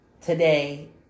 today